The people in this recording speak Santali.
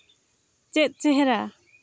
ᱪᱮᱫ ᱪᱮᱦᱨᱟ